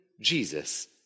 Jesus